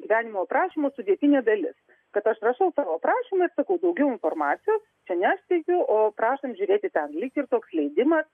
gyvenimo aprašymo sudėtinė dalis kad aš rašau savo prašymą ir sakau daugiau informacijos čia neskleidžiu o prašom žiūrėti ten lyg ir toks leidimas